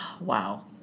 wow